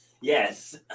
Yes